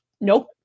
nope